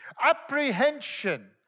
apprehension